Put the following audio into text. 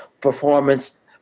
performance